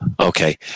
Okay